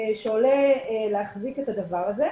שעולה להחזיק את הדבר הזה.